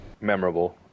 memorable